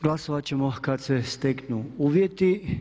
Glasovat ćemo kad se steknu uvjeti.